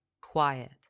quiet